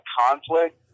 conflict